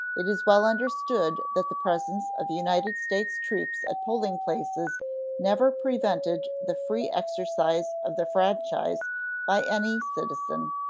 it is well understood that the presence of united states troops at polling places never prevented the free exercise of the franchise by any citizen,